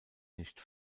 nicht